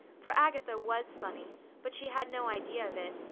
for agatha was funny but she had no idea of it,